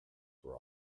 were